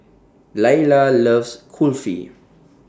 Lyla loves Kulfi